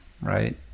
Right